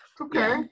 Okay